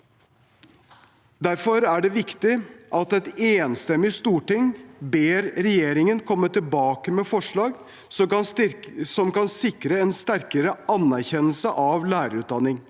Derfor er det viktig at et enstemmig storting ber regjeringen komme tilbake med forslag som kan sikre en sterkere anerkjennelse av lærerutdanning.